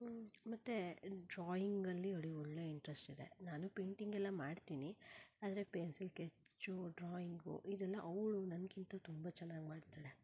ಮತ್ತು ಡ್ರಾಯಿಂಗಲ್ಲಿ ಅವ್ಳಿಗೆ ಒಳ್ಳೆಯ ಇಂಟ್ರೆಸ್ಟ್ ಇದೆ ನಾನು ಪೇಂಯ್ಟಿಂಗ್ ಎಲ್ಲ ಮಾಡ್ತೀನಿ ಆದರೆ ಪೆನ್ಸಿಲ್ ಸ್ಕೆಚ್ಚು ಡ್ರಾಯಿಂಗು ಇದೆಲ್ಲ ಅವಳು ನನ್ಗಿಂತ ತುಂಬ ಚೆನ್ನಾಗಿ ಮಾಡ್ತಾಳೆ